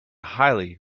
highly